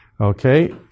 Okay